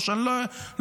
או שאני לא אחכה.